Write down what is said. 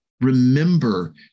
Remember